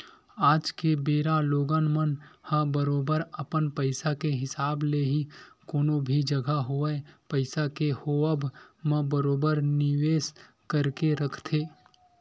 आज के बेरा लोगन मन ह बरोबर अपन पइसा के हिसाब ले ही कोनो भी जघा होवय पइसा के होवब म बरोबर निवेस करके रखथे